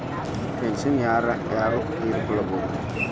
Pension ಯಾರ್ ಯಾರ್ ತೊಗೋಬೋದು?